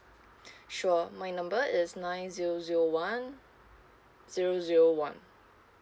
sure my number is nine zero zero one zero zero one